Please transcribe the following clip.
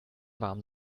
warm